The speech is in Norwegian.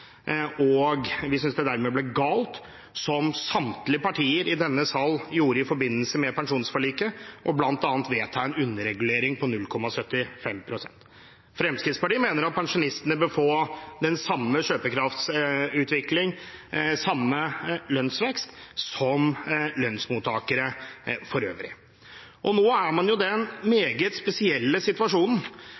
og vi synes det dermed ble galt – som samtlige av de andre partiene gjorde i forbindelse med pensjonsforliket – bl.a. å vedta en underregulering på 0,75 pst. Fremskrittspartiet mener at pensjonistene bør få den samme kjøpekraftsutvikling og samme lønnsvekst som lønnsmottakere for øvrig. Og nå er man i den meget spesielle situasjonen